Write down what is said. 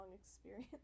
experience